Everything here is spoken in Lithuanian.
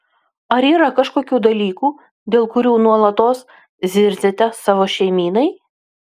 ar yra kažkokių dalykų dėl kurių nuolatos zirziate savo šeimynai